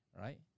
Right